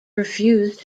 refused